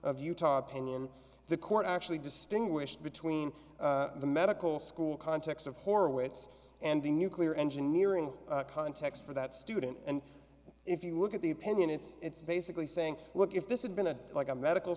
of utah opinion the court actually distinguished between the medical school context of horowitz and the nuclear engineering context for that student and if you look at the opinion it's it's basically saying look if this had been a like a medical